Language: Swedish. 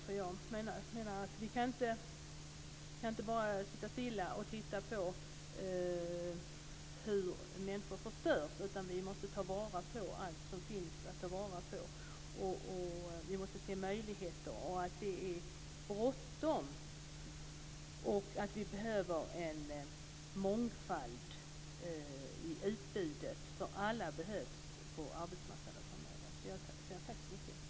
Jag menar att vi inte bara kan sitta stilla och titta på hur människor förstörs. Vi måste ta vara på allt som finns att ta vara på och se möjligheter, och det är bråttom. Vi behöver också en mångfald i utbudet, för alla behövs på arbetsmarknaden framöver. Jag säger tack så mycket.